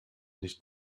nicht